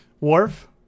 Worf